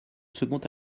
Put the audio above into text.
second